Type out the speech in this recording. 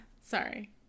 sorry